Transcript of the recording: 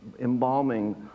embalming